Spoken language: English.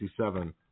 1967